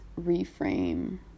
reframe